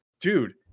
dude